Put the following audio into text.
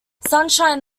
sunshine